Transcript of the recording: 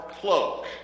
cloak